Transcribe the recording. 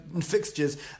fixtures